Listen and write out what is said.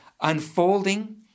unfolding